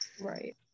Right